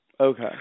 Okay